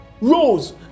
rose